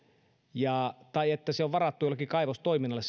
tai että se alue on varattu jollekin kaivostoiminnalle